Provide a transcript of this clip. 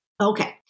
Okay